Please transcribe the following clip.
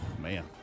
man